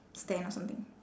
stand or something